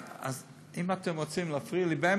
אם אתם רוצים להפריע לי באמצע,